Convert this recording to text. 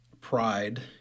pride